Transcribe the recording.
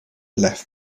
left